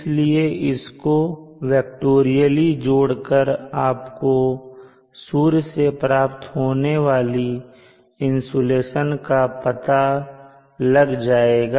इसलिए इसको वेक्टोरियलई जोड़कर आपको सूर्य से प्राप्त होने वाली इंसुलेशन का पता लग जाएगा